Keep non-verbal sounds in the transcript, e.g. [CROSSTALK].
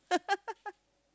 [LAUGHS]